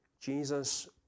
Jesus